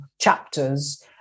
chapters